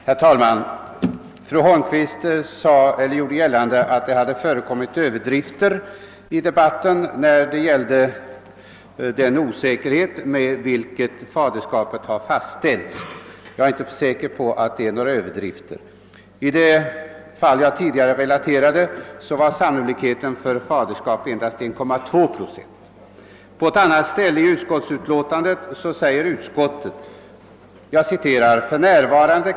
Herr talman! Fru Holmqvist gjorde gällande att det har förekommit överdrifter i debatten när det gällde osäkerheten vid fastställande av faderskap. Jag är inte övertygad om att det är några överdrifter. I det fall jag tidigare relaterade var sannolikheten för faderskap endast 1,2 procent. I det referat av departementschefens föredragning som intagits i utskottsutlåtandet sägs det emellertid: >F.n.